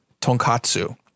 tonkatsu